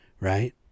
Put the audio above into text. Right